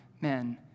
men